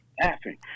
Laughing